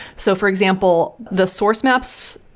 so for example, the source maps,